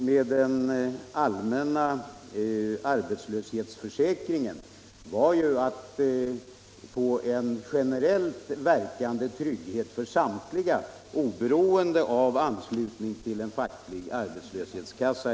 Med den allmänna arbetslöshetsförsäkringen eftersträvade man en generellt verkande trygghet för samtliga, oberoende av anslutning till facklig arbetslöshetskassa.